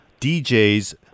DJs